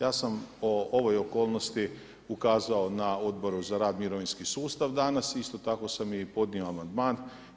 Ja sam o ovoj okolnosti ukazao na Odboru za rad, mirovinski sustav danas, isto tako sam i podnio amandman.